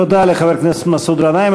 תודה לחבר הכנסת מסעוד גנאים.